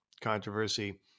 controversy